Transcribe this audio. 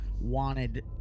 wanted